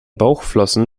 bauchflossen